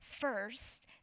first